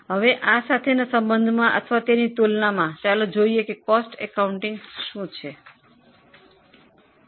હવે એના સાથેના સંબંધમાં અથવા તેની તુલનામાં જોઈએ કે પડતર હિસાબી કરણ શું છે